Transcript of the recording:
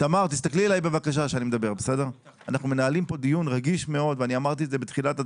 אני אמרתי בתחילת הדברים,